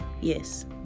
Yes